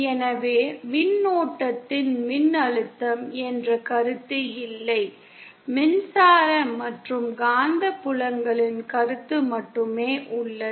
எனவே மின்னோட்டத்தின் மின்னழுத்தம் என்ற கருத்து இல்லை மின்சார மற்றும் காந்தப்புலங்களின் கருத்து மட்டுமே உள்ளது